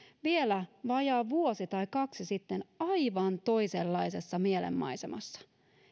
vielä vajaa vuosi tai kaksi sitten aivan toisenlaisessa mielenmaisemassa